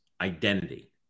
identity